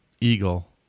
eagle